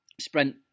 sprint